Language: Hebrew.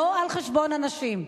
לא על חשבון הנשים.